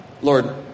Lord